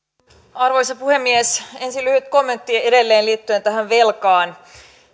arvoisa puhemies ensin lyhyt kommentti liittyen edelleen tähän velkaan